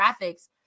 graphics